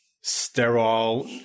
sterile